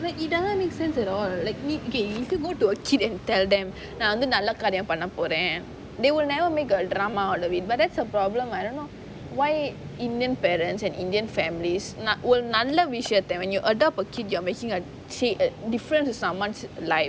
like it doesn't make sense at all like me okay you still go to a kid and tell them நான் வந்து நல்ல காரியம் பண்ண போறேன்:naan vanthu nalla kaariyam panna poraen they will never make a drama all the way but that's the problem I don't know why indian parents and indian families ஒரு நல்ல விஷயத்தை:oru nalla vishayathai when you adopt a kid you are making a kid a difference in someone's life